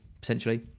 potentially